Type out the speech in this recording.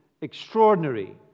extraordinary